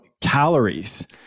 calories